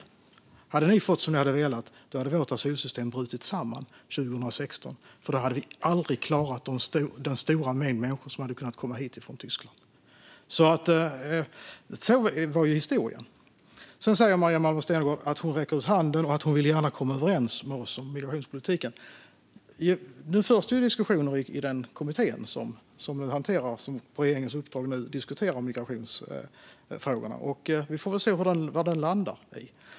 Om de hade fått som de velat hade vårt asylsystem brutit samman 2016. Vi hade aldrig klarat av den stora mängd människor som hade kunnat komma hit från Tyskland. Sådan ser historien ut. Maria Malmer Stenergard säger att hon sträcker ut handen och att hon gärna vill komma överens med oss om migrationspolitiken. Nu förs ju en diskussion i den kommitté som på regeringens uppdrag hanterar migrationsfrågorna. Vi får se var den landar.